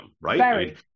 right